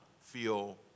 feel